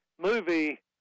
movie